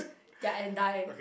ya and die